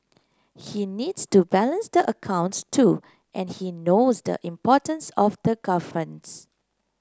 he needs to balance the accounts too and he knows the importance of governance